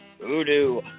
voodoo